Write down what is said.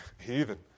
heathen